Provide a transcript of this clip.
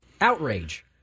outrage